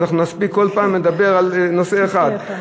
אז נספיק בכל פעם לדבר על נושא אחד.